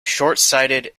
shortsighted